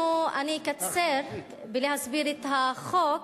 אני אקצר בהסבר החוק